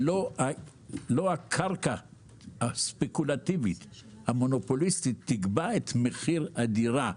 לא הקרקע הספקולטיבית המונופוליסטית תקבע את מחיר הדירה,